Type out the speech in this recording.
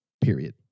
period